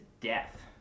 death